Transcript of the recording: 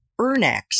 Ernex